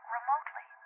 ...remotely